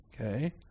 Okay